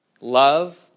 love